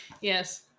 Yes